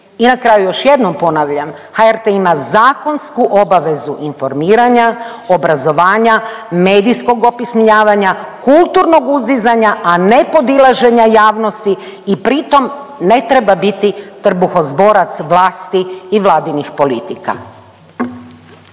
I na kraju još jednom ponavljam, HRT ima zakonsku obavezu informiranja, obrazovanja, medijskoj opismenjavanja, kulturnog uzdizanja, a ne podilaženja javnosti i pri tom ne treba biti trbuhozborac vlasti vladinih politika.